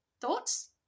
Thoughts